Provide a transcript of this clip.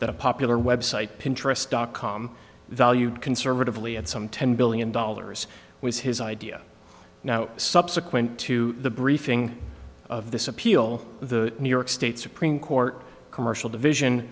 that a popular web site pinterest dot com valued conservatively at some ten billion dollars was his idea now subsequent to the briefing of this appeal the new york state supreme court commercial division